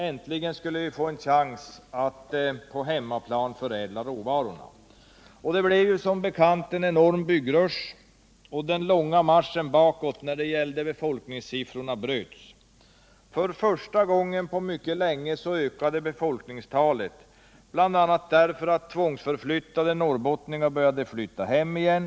Äntligen skulle vi få en chans att på hemmaplan förädla råvarorna. Det blev en enorm byggrush, och den långa marschen bakåt när det gäller befolkningssiffrorna bröts. För första gången på mycket länge ökade befolkningstalet, bl.a. därför att tvångsförflyttade norrbottningar började flytta hem igen.